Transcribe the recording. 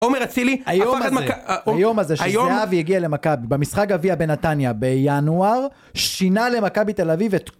עומר אצילי הפך את מכ... היום הזה שזהבי הגיע למכבי במשחק גביע בנתניה בינואר שינה למכבי תל אביב את